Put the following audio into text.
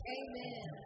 amen